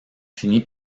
fini